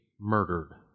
murdered